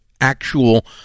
actual